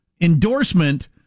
endorsement